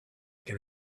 can